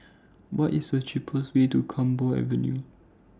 What IS The cheapest Way to Camphor Avenue